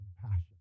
compassion